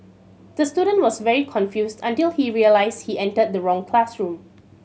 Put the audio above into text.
the student was very confused until he realised he entered the wrong classroom